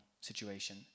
situation